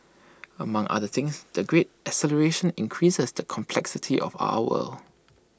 among other things the great acceleration increases the complexity of our world